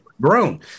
grown